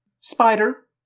Spider